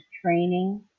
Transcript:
training